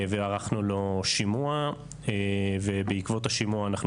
וערכנו לו שימוע ובעקבות השימוע אנחנו